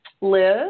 Liz